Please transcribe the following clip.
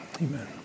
Amen